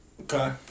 Okay